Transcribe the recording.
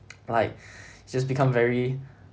like just become very